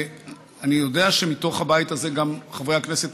ואני יודע שמתוך הבית הזה גם חברי הכנסת